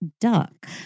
duck